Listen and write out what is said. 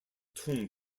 tung